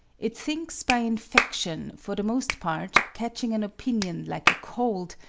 it thinks by infection, for the most part, catching an opinion like a cold,